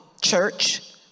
church